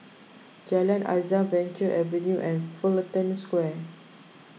Jalan Azam Venture Avenue and Fullerton Square